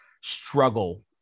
struggle